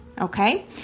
okay